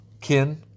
Kin